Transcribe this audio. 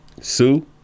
Sue